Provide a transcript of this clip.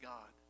God